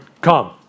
Come